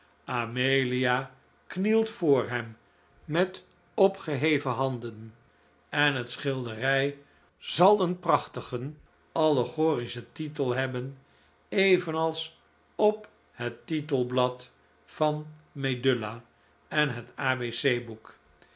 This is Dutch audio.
amelia knielt voor hem met opgeheven handen en het schilderij zal een prachtigen allegorischen titel hebben evenals op het titelblad van medulla en het a b g boek